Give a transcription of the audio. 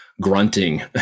grunting